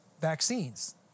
vaccines